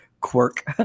quirk